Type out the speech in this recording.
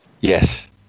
Yes